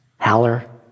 Haller